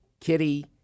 kitty